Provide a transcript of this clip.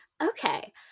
Okay